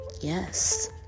Yes